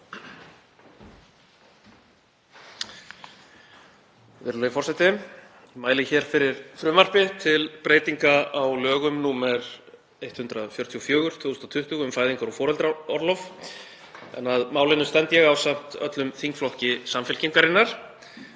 Virðulegi forseti. Ég mæli hér fyrir frumvarpi til breytinga á lögum nr. 144/2020, um fæðingar- og foreldraorlof, en að málinu stend ég ásamt öllum þingflokki Samfylkingarinnar.